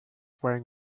wearing